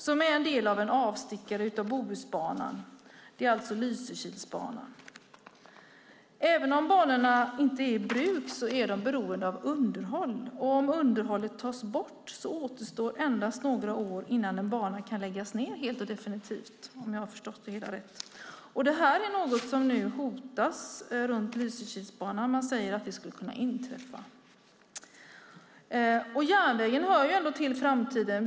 Det handlar om Lysekilsbanan som är en del av och gör en avstickare från Bohusbanan. Även om banorna inte är i bruk är de beroende av underhåll. Om underhållet tas bort återstår endast några år innan en bana kan läggas ned helt och definitivt, om jag har förstått det hela rätt. Detta är något som hotar Lysekilsbanan, och man säger att det skulle kunna inträffa. Järnvägen hör till framtiden.